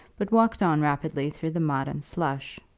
but walked on rapidly through the mud and slush.